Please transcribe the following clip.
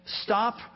Stop